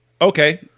Okay